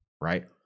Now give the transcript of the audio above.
Right